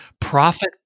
profit